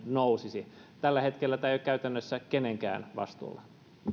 nousisi tällä hetkellä tämä ei ole käytännössä kenenkään vastuulla